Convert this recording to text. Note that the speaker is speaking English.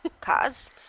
Cause